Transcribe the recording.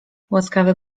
łaskawy